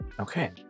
Okay